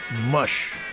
Mush